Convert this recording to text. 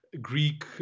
greek